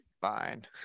Fine